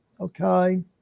Okay